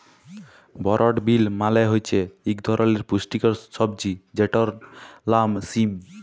বরড বিল মালে হছে ইক ধরলের পুস্টিকর সবজি যেটর লাম সিম